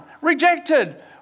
rejected